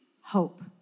hope